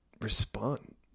respond